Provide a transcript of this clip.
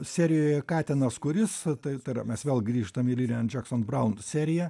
serijoje katinas kuris tai tai yra mes vėl grįžtam į rilian jackson braun seriją